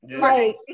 Right